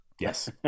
Yes